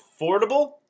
affordable